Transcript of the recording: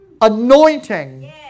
anointing